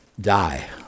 die